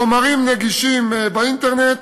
חומר נגיש באינטרנט,